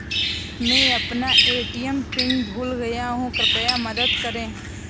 मैं अपना ATM PIN भूल गया हूँ, कृपया मदद करें